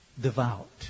devout